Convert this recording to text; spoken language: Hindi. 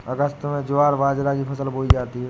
अगस्त में ज्वार बाजरा की फसल बोई जाती हैं